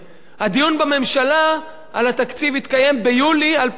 הדיון בממשלה על התקציב התקיים ביולי 2010,